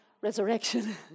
resurrection